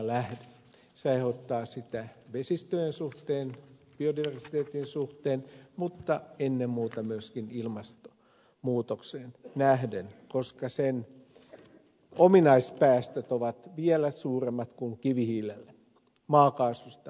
se aiheuttaa sitä vesistöjen suhteen biodiversiteetin suhteen mutta ennen muuta myöskin ilmastonmuutokseen nähden koska sen ominaispäästöt ovat vielä suuremmat kuin kivihiilellä maakaasusta puhumattakaan